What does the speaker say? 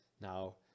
now